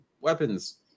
weapons